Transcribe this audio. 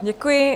Děkuji.